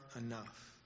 enough